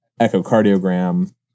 echocardiogram